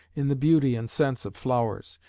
in the beauty and scents of flowers,